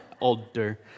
older